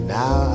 now